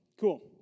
Cool